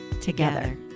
together